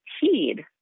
heed